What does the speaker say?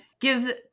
give